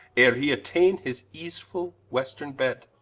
ere he attaine his easefull westerne bed